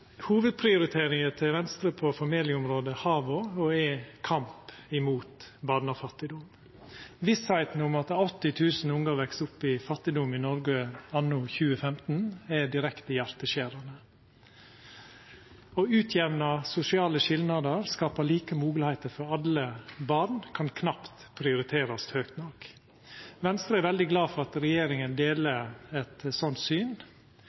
Hovudprioriteringa til Venstre på familieområdet har vore og er kamp mot barnefattigdom. Vissheita om at 80 000 ungar veks opp i fattigdom i Noreg anno 2015, er direkte hjarteskjerande. Å utjamna sosiale skilnader og skapa like moglegheiter for alle barn kan knapt prioriterast høgt nok. Venstre er veldig glad for at regjeringa deler eit sånt syn.